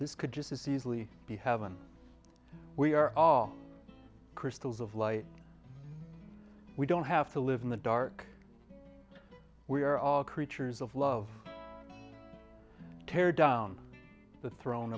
this could just as easily be heaven we are all crystals of light we don't have to live in the dark we are all creatures of love tear down the throne